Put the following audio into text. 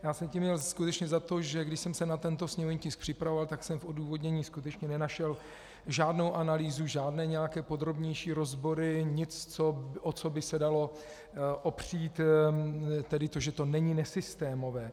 Já jsem tím měl skutečně za to, že když jsem se na tento sněmovní tisk připravoval, tak jsem v odůvodnění skutečně nenašel žádnou analýzu, žádné nějaké podrobnější rozbory, nic, o co by se dalo opřít to, že to není nesystémové.